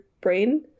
brain